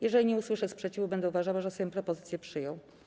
Jeżeli nie usłyszę sprzeciwu, będę uważała, że Sejm propozycję przyjął.